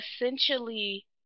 essentially